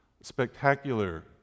Spectacular